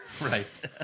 Right